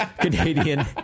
Canadian